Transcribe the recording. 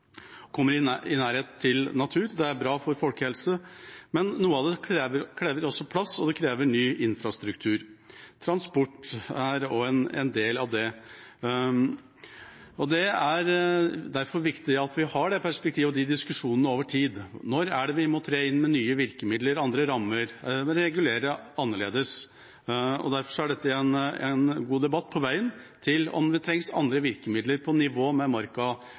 kommer oss ut og benytter og får nærhet til naturen. Det er bra for folkehelsen, men noe av det krever også plass, og det krever ny infrastruktur. Transport er også en del av det. Det er derfor viktig at vi har det perspektivet og de diskusjonene over tid. Når er det vi må tre inn med nye virkemidler og andre rammer, regulere annerledes? Derfor er dette en god debatt på veien til om det trengs andre virkemidler på nivå med